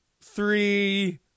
three